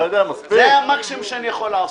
זה מקסימום שאני יכול לעשות.